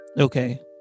Okay